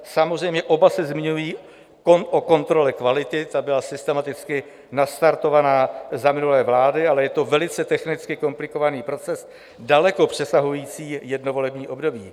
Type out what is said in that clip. Samozřejmě oba se zmiňují o kontrole kvality ta byla systematicky nastartována za minulé vlády, ale je to velice technicky komplikovaný proces, daleko přesahující jedno volební období.